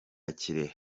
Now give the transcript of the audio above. kirehe